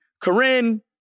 Corinne